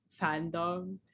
fandom